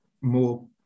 more